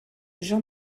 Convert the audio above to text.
jean